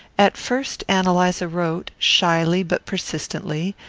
at first ann eliza wrote, shyly but persistently,